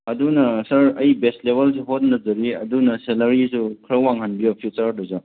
ꯑꯗꯨꯅ ꯁꯥꯔ ꯑꯩ ꯕꯦꯁ ꯂꯦꯚꯦꯜꯁꯨ ꯍꯣꯠꯅꯖꯔꯤ ꯑꯗꯨꯅ ꯁꯦꯂꯔꯤꯁꯨ ꯈꯔ ꯋꯥꯡꯍꯟꯕꯤꯌꯣ ꯐ꯭ꯌꯨꯆꯔꯗꯁꯨ